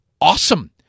awesome